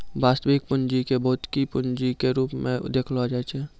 वास्तविक पूंजी क भौतिक पूंजी के रूपो म देखलो जाय छै